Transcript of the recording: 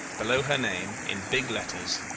below her name in big letters,